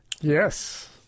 Yes